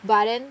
but then